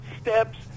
steps